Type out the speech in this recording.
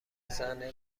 زنه